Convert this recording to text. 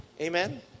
Amen